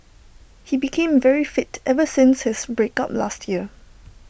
he became very fit ever since his break up last year